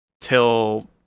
till